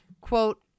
Quote